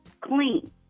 clean